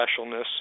specialness